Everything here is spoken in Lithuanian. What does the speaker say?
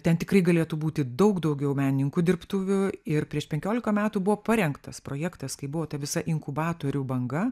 ten tikrai galėtų būti daug daugiau menininkų dirbtuvių ir prieš penkiolika metų buvo parengtas projektas kai buvo ta visa inkubatorių banga